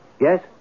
Yes